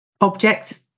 objects